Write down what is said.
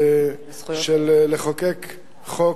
של חקיקת חוק